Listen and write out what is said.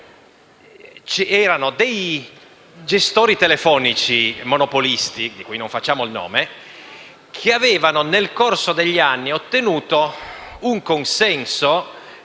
c'erano dei gestori telefonici monopolisti (di cui non facciamo il nome) che, nel corso degli anni, avevano ottenuto un consenso